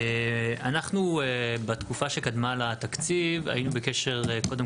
אנחנו בתקופה שקדמה לתקציב היינו בקשר קודם